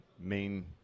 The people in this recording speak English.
main